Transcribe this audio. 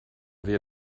wir